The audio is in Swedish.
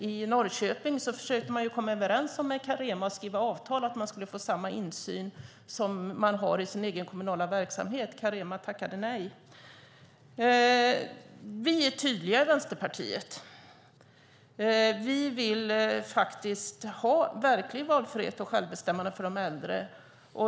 I Norrköping försökte man komma överens med Carema och skriva avtal om att man skulle få samma insyn som man har i sin egen kommunala verksamhet, men Carema tackade nej. Vi i Vänsterpartiet är tydliga. Vi vill ha verklig valfrihet och självbestämmande för de äldre.